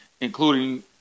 including